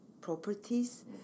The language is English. properties